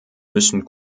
müssen